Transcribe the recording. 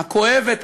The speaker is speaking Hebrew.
הכואבת,